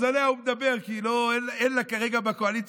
אז עליה הוא מדבר כי אין לה כרגע בקואליציה